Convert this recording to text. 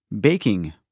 Baking